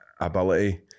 ability